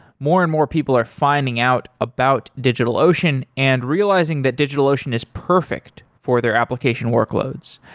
more and more people are finding out about digitalocean and realizing that digitalocean is perfect for their application workloads.